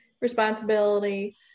responsibility